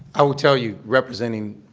i will tell you, representing